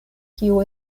kiu